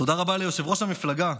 תודה רבה ליושב-ראש המפלגה,